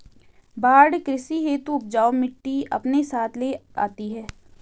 बाढ़ कृषि हेतु उपजाऊ मिटटी अपने साथ ले आती है